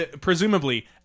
presumably